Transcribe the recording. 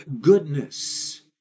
goodness